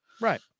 Right